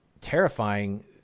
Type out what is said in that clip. terrifying